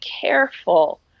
careful